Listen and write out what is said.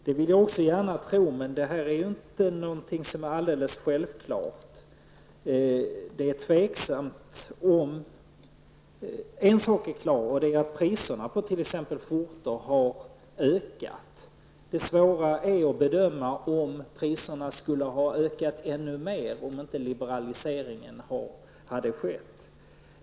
Det vill jag också gärna tro, men det är inte alldeles självklart att det är så. Men en sak är klar: Priserna på t.ex. skjortor har ökat. Det svåra är att bedöma om priserna skulle ha ökat ännu mer om inte liberalisering hade skett.